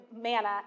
manna